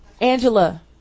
Angela